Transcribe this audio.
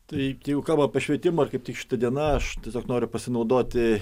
taip tai jeigu kalba apie švietimą ir kaip tik šita diena aš tiesiog noriu pasinaudoti